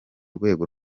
rwego